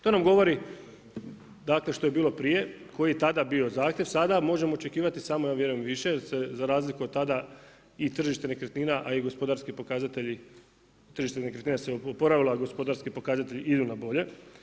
To nam govori što je bilo prije, koji je tada bio zahtjev, sada možemo očekivati samo ja vjerujem, više jer se za razliku od tada i tržište nekretnine a i gospodarski pokazatelji tržišta nekretnina se oporavilo, gospodarski pokazatelji idu na bolje.